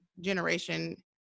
generation